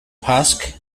pasg